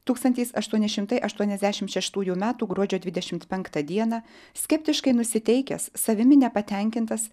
tūkstantis aštuoni šimtai aštuoniasdešimt šeštųjų metų gruodžio dvidešimt penktą dieną skeptiškai nusiteikęs savimi nepatenkintas